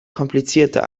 komplizierter